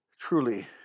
truly